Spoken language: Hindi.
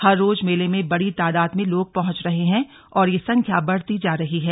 हर रोज मेले में बड़ी तादाद में लोग पहुंच रहे हैं और यह संख्या बढ़ती जा रही है